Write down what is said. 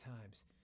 times